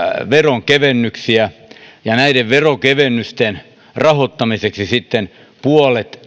veronkevennyksiä ja näiden veronkevennysten rahoittamisesta puolet